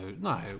no